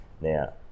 Now